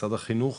משרד החינוך,